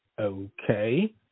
okay